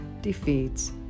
defeats